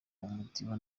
umudiho